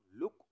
look